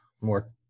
more